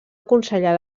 aconsellar